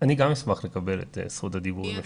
אשמח לקבל את זכות הדיבור.